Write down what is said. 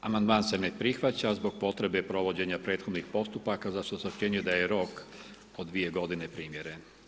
Amandman se ne prihvaća, zbog potrebe provođenja prethodnih postupaka za što se ocjenjuje da je rok od 2 g. primjeren.